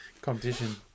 Competition